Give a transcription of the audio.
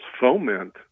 foment